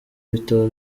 ibitabo